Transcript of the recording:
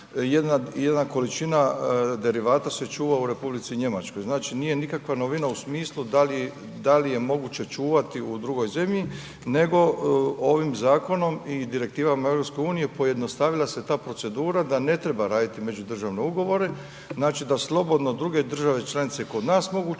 jedna količina derivata se čuva u Republici Njemačkoj. Znači nije nikakva novina u smislu da li je moguće čuvati u drugoj zemlji nego ovim zakonom i direktivama EU pojednostavila se ta procedura da ne treba raditi međudržavne ugovore, znači da slobodno druge države članice kod nas mogu